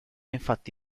infatti